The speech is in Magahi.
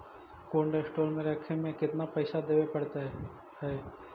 कोल्ड स्टोर में रखे में केतना पैसा देवे पड़तै है?